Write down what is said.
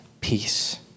Peace